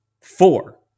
four